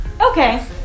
Okay